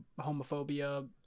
homophobia